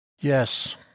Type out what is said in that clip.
Yes